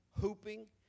hooping